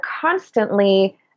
constantly